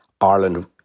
Ireland